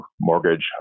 mortgage